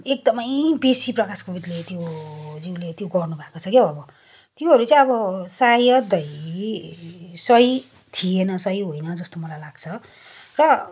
एकदमै बेसी प्रकाश कोविदले त्यो ज्यूले त्यो गर्नुभएको छ क्या हौ अब त्योहरू चाहिँ अब सायदै सही थिएन सही होइन जस्तो मलाई लाग्छ र